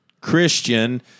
Christian